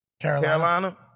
Carolina